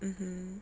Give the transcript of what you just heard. mmhmm